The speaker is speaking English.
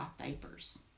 diapers